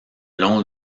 long